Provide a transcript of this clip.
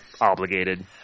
obligated